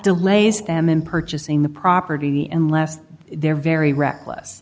delays them in purchasing the property and left there very reckless